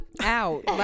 out